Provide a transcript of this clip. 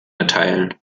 erteilen